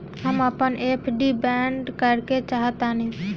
हम अपन एफ.डी बंद करेके चाहातानी